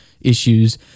issues